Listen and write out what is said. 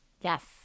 Yes